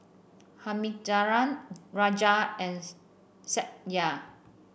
Thamizhavel Raja and Satya